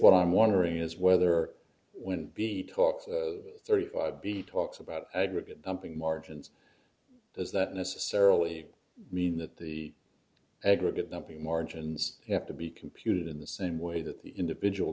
what i'm wondering is whether or when he talked to thirty five b talks about aggregate pumping margins does that necessarily mean that the aggregate not the margins have to be computed in the same way that the individual